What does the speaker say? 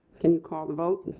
can you call the vote.